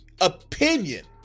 opinion